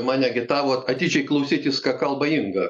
mane agitavot atidžiai klausytis ką kalba inga